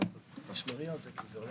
הישיבה ננעלה בשעה